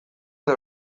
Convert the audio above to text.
edo